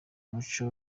muco